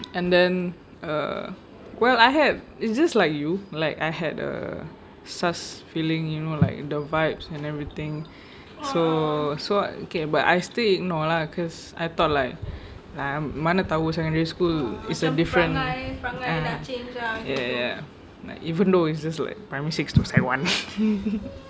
and then uh well I have it's just like you like I had a sus feeling you know like the vibes and everything so so okay but I still ignore lah cause I thought like mana tahu secondary school it's a different ah ya ya ya like even though it's like primary six to sec one